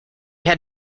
had